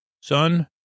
son